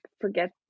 forget